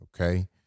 Okay